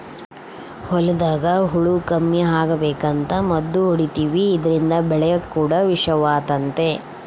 ಹೊಲದಾಗ ಹುಳ ಕಮ್ಮಿ ಅಗಬೇಕಂತ ಮದ್ದು ಹೊಡಿತಿವಿ ಇದ್ರಿಂದ ಬೆಳೆ ಕೂಡ ವಿಷವಾತತೆ